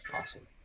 Awesome